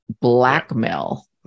blackmail